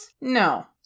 no